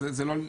אז זה לא,